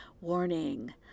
Warning